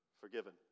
Forgiven